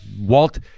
Walt